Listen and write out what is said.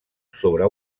sobre